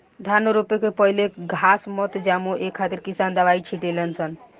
धान रोपे के पहिले घास मत जामो ए खातिर किसान दवाई छिटे ले सन